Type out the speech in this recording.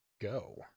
go